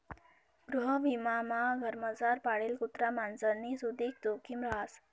गृहविमामा घरमझार पाळेल कुत्रा मांजरनी सुदीक जोखिम रहास